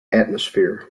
atmosphere